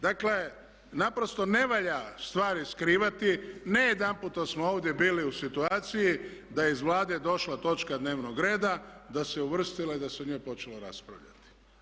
Dakle naprosto ne valja stvari skrivati, ne jedanputa smo ovdje bili u situaciji da je iz Vlade došla točka dnevnog reda, da se uvrstila i da se o njoj počelo raspravljati.